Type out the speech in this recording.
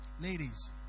Ladies